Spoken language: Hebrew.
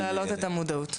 להעלות את המודעות.